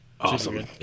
awesome